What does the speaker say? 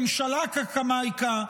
ממשלה קקמייקה,